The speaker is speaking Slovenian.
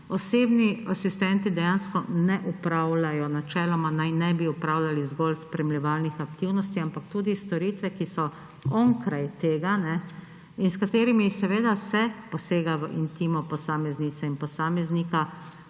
osebni asistenti dejansko ne opravljajo, načeloma naj ne bi opravljali zgolj spremljevalnih aktivnosti, ampak tudi storitve, ki so onkraj tega in s katerimi seveda se posega v intimo posameznice in posameznika.